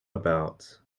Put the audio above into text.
about